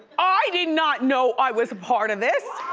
i did not know i was a part of this.